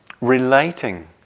relating